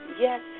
yes